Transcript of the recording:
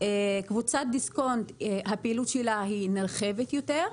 הפעילות של קבוצת דיסקונט היא נרחבת יותר,